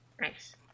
Nice